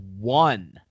one